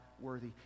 worthy